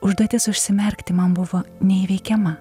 užduotis užsimerkti man buvo neįveikiama